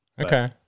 Okay